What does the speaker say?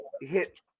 hit